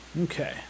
Okay